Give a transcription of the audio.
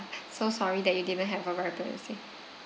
so sorry that you didn't have a very pleasant stay